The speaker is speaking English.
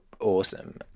awesome